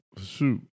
Shoot